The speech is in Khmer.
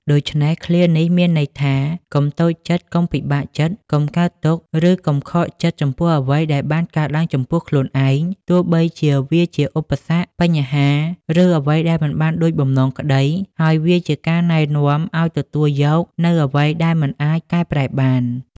ដូច្នេះ ឃ្លានេះមានន័យថា កុំតូចចិត្ត កុំពិបាកចិត្ត កុំកើតទុក្ខ ឬកុំខកចិត្តចំពោះអ្វីដែលបានកើតឡើងចំពោះខ្លួនឯង ទោះបីជាវាជាឧបសគ្គ បញ្ហា ឬអ្វីដែលមិនបានដូចបំណងក្តី ហើយវាជាការណែនាំឱ្យទទួលយកនូវអ្វីដែលមិនអាចកែប្រែបាន។